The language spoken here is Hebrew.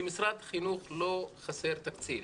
למשרד החינוך לא חסר תקציב.